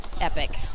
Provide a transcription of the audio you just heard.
epic